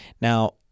Now